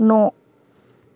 न'